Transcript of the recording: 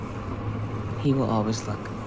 he will always look.